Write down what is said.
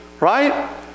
Right